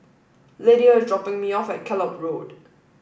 Lyda is dropping me off at Kellock Road